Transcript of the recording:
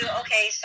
okay